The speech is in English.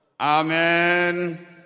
Amen